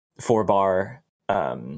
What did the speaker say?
four-bar